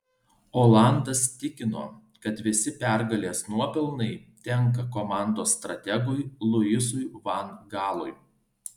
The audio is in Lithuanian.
olandas tikino kad visi pergalės nuopelnai tenka komandos strategui luisui van gaalui